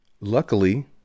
Luckily